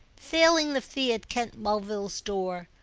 failing the fee at kent mulville's door,